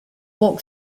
walk